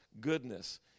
goodness